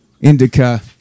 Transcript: indica